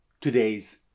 today's